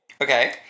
Okay